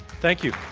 thank you.